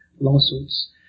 lawsuits